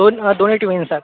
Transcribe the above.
दोन दोन एक महिने सर